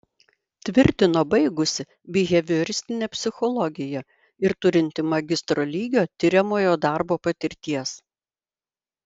tvirtino baigusi bihevioristinę psichologiją ir turinti magistro lygio tiriamojo darbo patirties